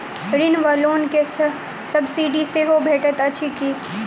ऋण वा लोन केँ सब्सिडी सेहो भेटइत अछि की?